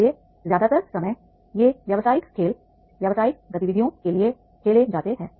इसलिए ज्यादातर समय ये व्यावसायिक खेल व्यावसायिक गतिविधियों के लिए खेले जाते हैं